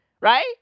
Right